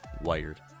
Wired